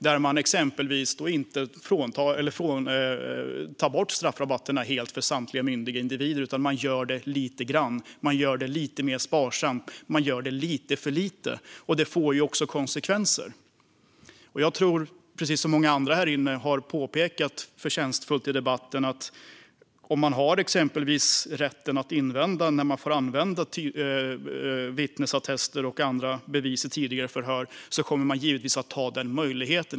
Där vill man inte ta bort straffrabatterna helt för samtliga myndiga individer, utan man gör det lite grann. Man gör det lite mer sparsamt. Man gör det lite för lite, och det får också konsekvenser. Jag tror, precis som många andra här inne förtjänstfullt har påpekat i debatten, att om man exempelvis har rätt att invända mot användning av vittnesattester och andra bevis i tidiga förhör kommer man givetvis att ta den möjligheten.